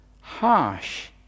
harsh